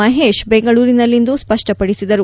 ಮಹೇಶ್ ಬೆಂಗಳೂರಿನಲ್ಲಿಂದು ಸ್ಪಷ್ಪಪಡಿಸಿದರು